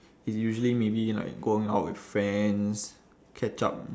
it's usually maybe like going out with friends catch up